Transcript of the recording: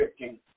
15